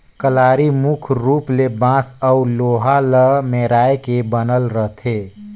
कलारी मुख रूप ले बांस अउ लोहा ल मेराए के बनल रहथे